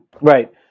Right